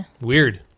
Weird